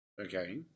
Okay